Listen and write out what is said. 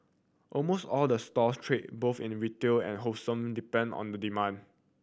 almost all the stores trade both in retail and wholesale depend on the demand